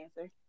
answer